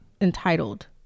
entitled